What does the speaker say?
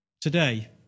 today